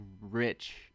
rich